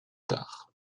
tard